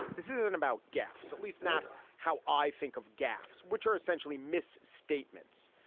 this isn't about gaffes at least not how i think of gaffes which are essentially mis statements.